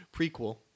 Prequel